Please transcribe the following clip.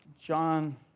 John